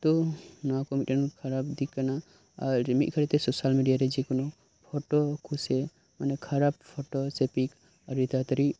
ᱛᱟᱹᱣ ᱱᱚᱶᱟ ᱠᱚ ᱢᱤᱫ ᱴᱟᱝ ᱠᱷᱟᱨᱟᱯ ᱫᱤᱠ ᱠᱟᱱᱟ ᱟᱨ ᱢᱤᱫ ᱜᱷᱟᱲᱤᱡ ᱛᱮ ᱥᱳᱥᱟᱞ ᱢᱤᱰᱤᱭᱟ ᱨᱮ ᱡᱮᱠᱳᱱᱳ ᱯᱷᱳᱴᱳ ᱠᱚ ᱥᱮ ᱚᱱᱮ ᱠᱷᱟᱨᱟᱯ ᱯᱷᱳᱴᱳ ᱥᱮ ᱯᱤᱠ ᱟᱰᱤ ᱛᱟᱲᱟ ᱛᱟᱲᱤ